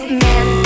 man